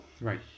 Right